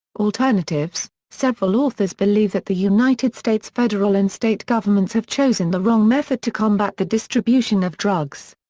alternatives several authors believe that the united states' federal and state governments have chosen the wrong method to combat the distribution of drugs.